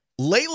Layla